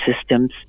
systems